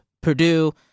Purdue –